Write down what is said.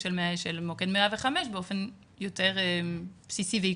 של מוקד 105 באופן יותר בסיסי ועקרוני.